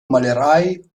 malerei